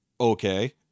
okay